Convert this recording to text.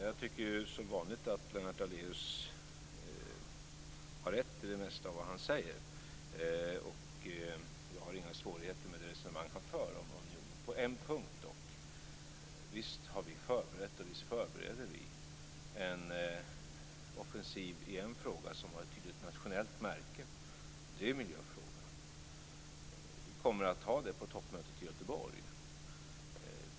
Fru talman! Jag tycker som vanligt att Lennart Daléus har rätt i det mesta han säger. Jag har inga svårigheter med det resonemang han för om unionen, utom dock på en punkt. Visst har vi förberett och visst förbereder vi en offensiv i en fråga som har ett tydligt nationellt märke, och det är miljöfrågan. Vi kommer att ha det uppe på toppmötet i Göteborg.